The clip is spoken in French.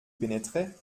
pénétrait